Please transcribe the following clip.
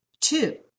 Two